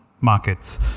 Markets